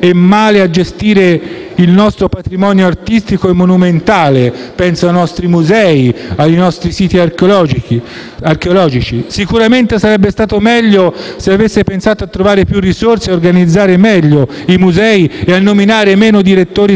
e male a gestire il nostro patrimonio artistico e monumentale: penso ai nostri musei e siti archeologici. Sicuramente sarebbe stato meglio se avesse pensato a trovare più risorse per organizzare in modo migliore i nostri musei e a nominare meno direttori